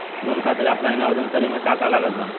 Loan खातिर offline आवेदन करे म का का लागत बा?